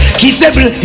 kissable